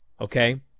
okay